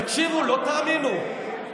תקשיבו, לא תאמינו.